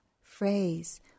phrase